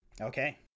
Okay